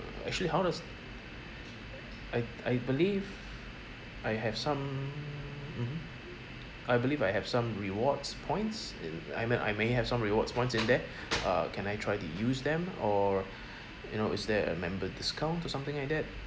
actually how does I I believe I have some mmhmm I believe I have some rewards points in I mean I may have some rewards points in there uh can I try to use them or you know is there a member discount or something like that